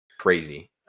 crazy